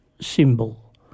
symbol